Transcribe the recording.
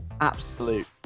Absolute